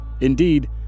Indeed